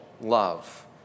love